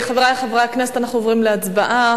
חברי חברי הכנסת, אנחנו עוברים להצבעה.